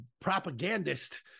propagandist